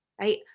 right